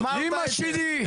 אמרת את זה.